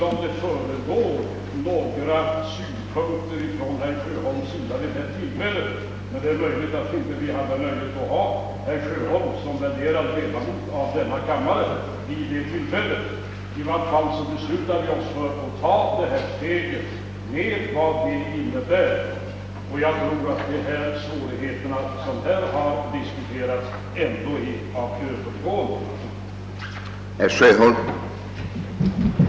Jag vet inte om herr Sjöholm framförde några synpunkter vid det tillfället — men det är ju möjligt att vi inte hade nöjet att ha herr Sjöholm som värderad ledamot av kammaren då. I vart fall beslöt vi oss för att ta detta steg med vad det innebär, och jag tror att de svårigheter som här diskuterats ändå är av övergående natur.